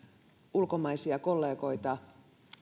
ulkomaisia kollegoita